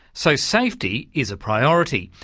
so safety is a priority.